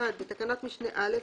בתקנת משנה (א),